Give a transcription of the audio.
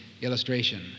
illustration